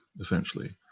essentially